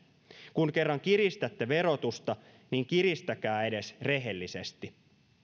kun kerran kiristätte verotusta niin kiristäkää edes rehellisesti